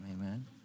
Amen